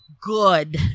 good